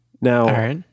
Now